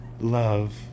Love